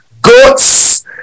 goats